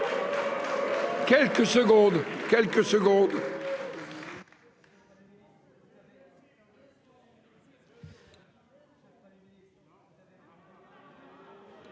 quelques secondes.